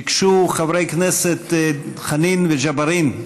ביקשו חברי כנסת חנין וג'בארין,